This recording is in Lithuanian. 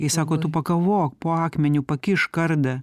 jis sako tu pakavok po akmeniu pakišk kardą